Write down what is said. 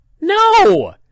No